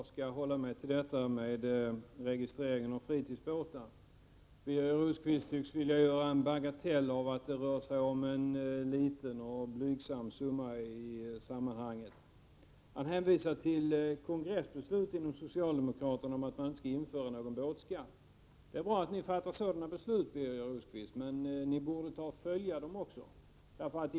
Herr talman! Jag skall hålla mig till registreringen av fritidsbåtar. Birger Rosqvist tycks vilja göra en bagatell av att det i detta sammanhang rör sig om en liten och blygsam summa. Han hänvisar till ett socialdemokratiskt kongressbeslut om att man inte skall införa någon båtskatt. Det är bra att ni fattar sådana beslut, Birger Rosqvist, men ni borde också följa dem.